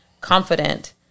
confident